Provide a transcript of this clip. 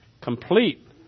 complete